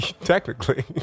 technically